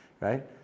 right